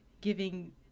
giving